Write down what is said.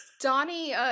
Donnie